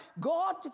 God